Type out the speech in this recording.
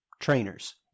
trainers